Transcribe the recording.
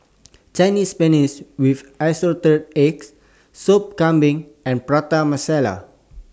Chinese Spinach with Assorted Eggs Soup Kambing and Prata Masala